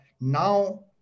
now